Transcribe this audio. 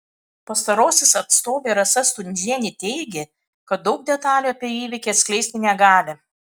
pastarosios atstovė rasa stundžienė teigė kad daug detalių apie įvykį atskleisti negali